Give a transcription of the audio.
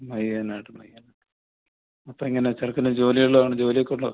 മയ്യനാട് മയ്യനാട് അപ്പോൾ എങ്ങനെ ചെറുക്കന് ജോലിയുള്ളതാണോ ജോലി ഒക്കെ ഉള്ളത്